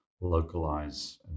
localize